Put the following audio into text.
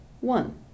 one